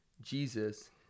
jesus